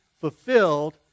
fulfilled